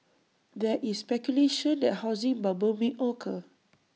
there is speculation that A housing bubble may occur